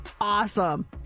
awesome